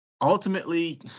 Ultimately